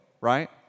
right